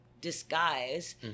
disguise